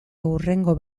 hurrengo